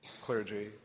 clergy